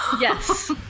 Yes